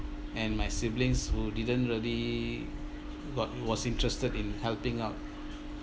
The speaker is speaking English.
and my siblings who didn't really got was interested in helping out